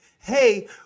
hey